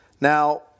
Now